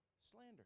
Slander